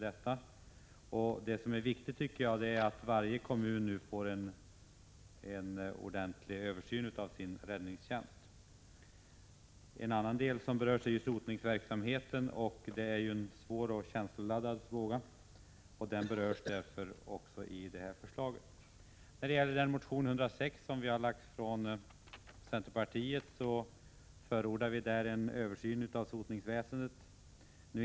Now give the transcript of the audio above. Det viktiga är att varje kommun nu får en ordentlig översyn av sin räddningstjänst. En annan verksamhet som berörs av förslaget är sotningen — en svår och känsloladdad fråga. I motion 106 förordar centerpartiet en översyn av sotningsverksamheten.